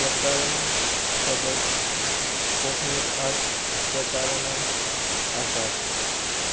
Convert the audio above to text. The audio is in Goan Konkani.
प्रकरण पद्दत कोंकणींत आठ प्रकारणां आसात